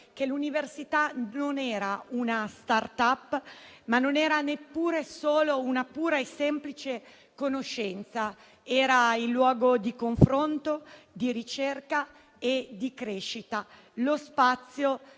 che l'università non era una *start-up*, ma non era neppure solo pura e semplice conoscenza; era luogo di confronto, di ricerca e di crescita, lo spazio